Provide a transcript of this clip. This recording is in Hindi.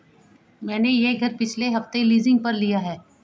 मैंने यह घर पिछले हफ्ते लीजिंग पर लिया है